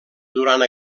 durant